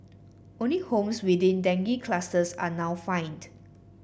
only homes within dengue clusters are now fined